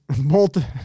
multi